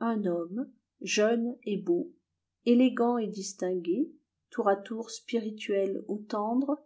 un homme jeune et beau élégant et distingué tour à tour spirituel ou tendre